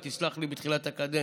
היא תסלח לי בתחילת הקדנציה,